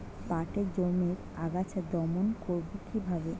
পাটের জমির আগাছা দমন করবো কিভাবে?